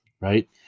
right